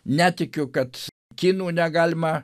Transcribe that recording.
netikiu kad kinų negalima